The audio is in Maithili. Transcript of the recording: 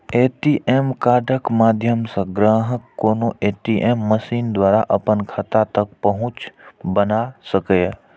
ए.टी.एम कार्डक माध्यम सं ग्राहक कोनो ए.टी.एम मशीन द्वारा अपन खाता तक पहुंच बना सकैए